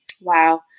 Wow